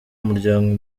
muryango